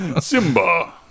Simba